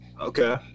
Okay